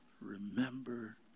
remember